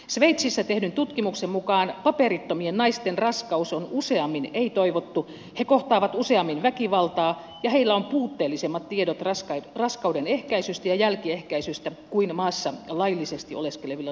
sveitsissä tehdyn tutkimuksen mukaan paperittomien naisten raskaus on useammin ei toivottu he kohtaavat useammin väkivaltaa ja heillä on puutteellisemmat tiedot raskauden ehkäisystä ja jälkiehkäisystä kuin maassa laillisesti oleskelevilla naisilla